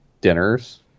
dinners